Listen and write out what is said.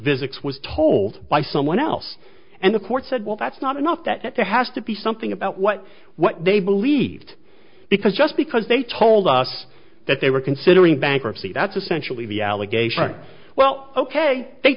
physics was told by someone else and the court said well that's not enough that there has to be something about what what they believed because just because they told us that they were considering bankruptcy that's essentially the allegation well ok they